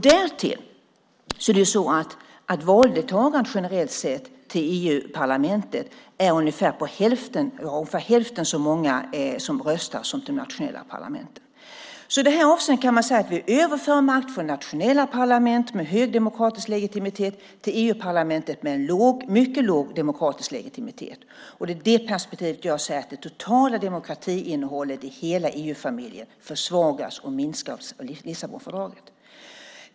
Därtill är det ungefär hälften så många som röstar i valet till EU-parlamentet som till de nationella parlamenten. I det här avseendet kan man säga att vi överför makt från nationella parlament med hög demokratisk legitimitet till EU-parlamentet med en mycket låg demokratisk legitimitet. Det är ur det perspektivet som jag säger att det totala demokratiinnehållet i hela EU-familjen försvagas och minskar genom Lissabonfördraget.